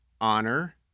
honor